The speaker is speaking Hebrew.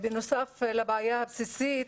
בנוסף לבעיה הבסיסית,